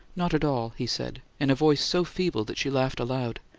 not at all, he said in a voice so feeble that she laughed aloud.